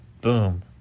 boom